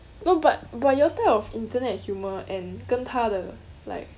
no but but your type of internet humour and 跟他的 like